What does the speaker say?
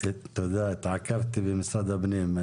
התעכבתי במשרד הפנים.